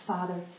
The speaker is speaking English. Father